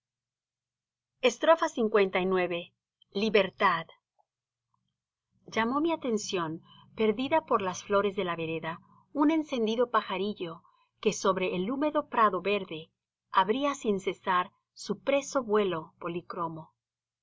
lix libertad llamó mi atención perdida por las flores de la vereda un encendido pajarillo que sobre el húmedo prado verde abría sin cesar su preso vuelo policromo